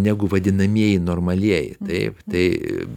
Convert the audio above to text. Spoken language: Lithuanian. negu vadinamieji normalieji taip tai